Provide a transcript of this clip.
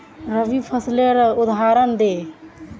रवि फसलेर उदहारण दे?